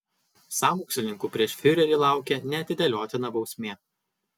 sąmokslininkų prieš fiurerį laukia neatidėliotina bausmė